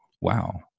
wow